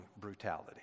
brutality